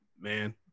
man